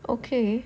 okay